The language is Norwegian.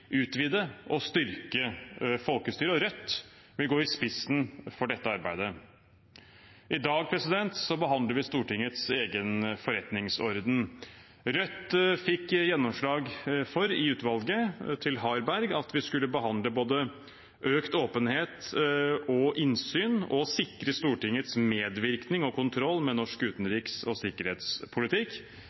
utvide og styrke folkestyret. Rødt vil gå i spissen for dette arbeidet. I dag behandler vi Stortingets egen forretningsorden. Rødt fikk i utvalget til Harberg gjennomslag for at vi skulle behandle både økt åpenhet og innsyn og sikre Stortingets medvirkning og kontroll med norsk utenriks- og sikkerhetspolitikk.